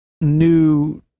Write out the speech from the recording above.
new